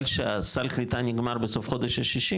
שסל הקליטה נגמר בסוף החודש השישי,